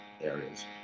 areas